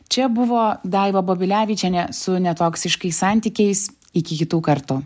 čia buvo daiva babilevičienė su netoksiškais santykiais iki kitų kartų